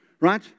Right